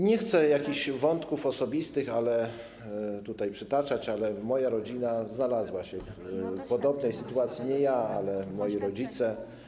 Nie chcę jakiś wątków osobistych tutaj przytaczać, ale moja rodzina znalazła się w podobnej sytuacji, nie ja, ale moi rodzice.